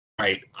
right